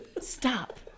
Stop